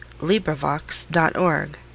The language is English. LibriVox.org